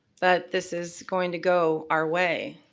that this is going to go our way,